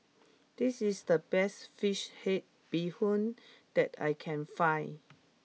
this is the best Fish Head Bee Hoon that I can find